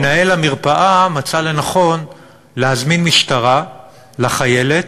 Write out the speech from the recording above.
מנהל המרפאה מצא לנכון להזמין משטרה לחיילת,